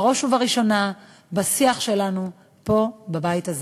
בראש ובראשונה בשיח שלנו פה, בבית הזה.